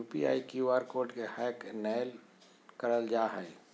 UPI, QR आर कोड के हैक नयय करल जा हइ